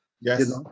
Yes